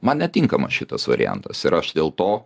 man netinkamas šitas variantas ir aš dėl to